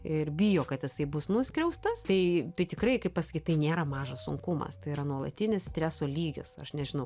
ir bijo kad jisai bus nuskriaustas tai tai tikrai kaip pasakyt tai nėra mažas sunkumas tai yra nuolatinis streso lygis aš nežinau